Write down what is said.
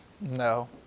No